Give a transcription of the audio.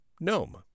Gnome